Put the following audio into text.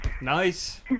Nice